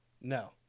No